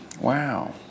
wow